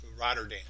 Rotterdam